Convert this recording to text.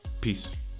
Peace